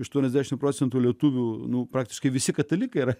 aštuoniasdešim procentų lietuvių nu praktiškai visi katalikai yra